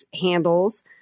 handles